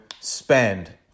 spend